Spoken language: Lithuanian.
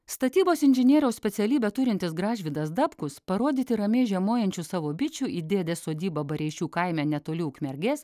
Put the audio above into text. statybos inžinieriaus specialybę turintis gražvydas dapkus parodyti ramiai žiemojančių savo bičių į dėdės sodybą bareišių kaime netoli ukmergės